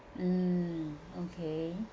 mm okay